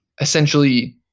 essentially